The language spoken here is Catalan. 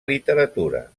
literatura